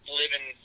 living